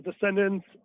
descendants